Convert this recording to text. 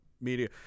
media